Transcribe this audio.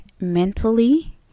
mentally